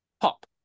pop